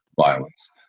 violence